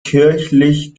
kirchlich